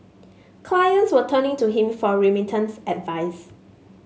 clients were turning to him for remittance advice